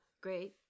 great